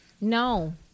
No